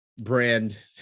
brand